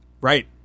Right